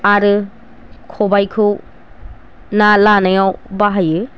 आरो खबायखौ ना लानायाव बाहायो